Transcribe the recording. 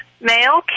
male